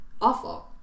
awful